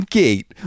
gate